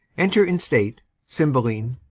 enter in state, cymbeline,